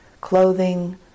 Clothing